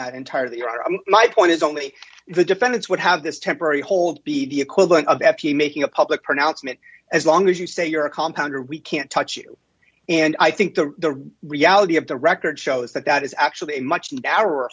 that entirely your my point is only the defendants would have this temporary hold be the equivalent of actually making a public pronouncement as long as you say you're a compound or we can't touch you and i think the reality of the record shows that that is actually a much narrow